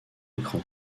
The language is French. écran